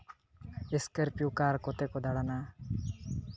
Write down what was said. ᱥᱠᱟᱨᱯᱤᱭᱩ ᱠᱟᱨ ᱠᱚᱛᱮ ᱠᱚ ᱫᱟᱬᱟᱱᱟ